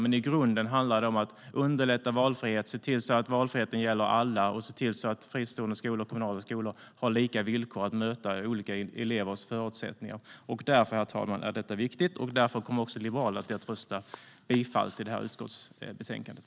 Men i grunden handlar det om att underlätta för valfrihet, se till att valfriheten gäller alla och se till att fristående skolor och kommunala skolor har lika villkor att möta olika elevers förutsättningar. Därför är detta viktigt, herr talman, och därför kommer också Liberalerna att rösta bifall till förslaget i betänkandet.